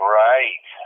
right